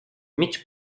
mig